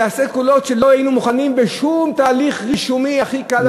אלא יעשה קולות שלא היינו מוכנים להן בשום תהליך רישומי הכי קל למדינה,